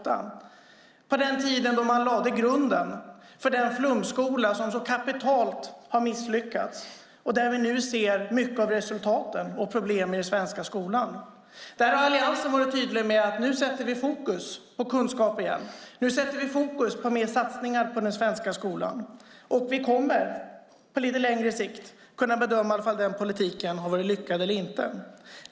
Det var på den tiden då man lade grunden för den flumskola som så kapitalt har misslyckats. Nu ser vi mycket av resultaten och problemen i den svenska skolan. Där har Alliansen varit tydlig med att nu sätter vi fokus på kunskap igen. Nu sätter vi fokus på mer satsningar på den svenska skolan, och vi kommer på lite längre sikt att kunna bedöma om den politiken har varit lyckad eller inte.